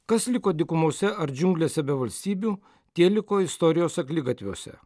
kas liko dykumose ar džiunglėse be valstybių tie liko istorijos akligatviuose